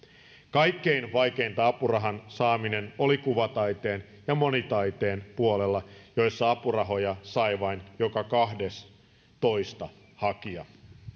kaikkein vaikeinta apurahan saaminen oli kuvataiteen ja monitaiteen puolella missä apurahoja sai vain joka kahdestoista hakija